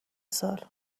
سال